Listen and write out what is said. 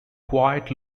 quiet